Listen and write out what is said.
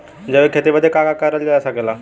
जैविक खेती बदे का का करल जा सकेला?